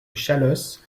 chalosse